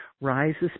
rises